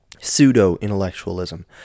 pseudo-intellectualism